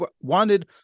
Wanted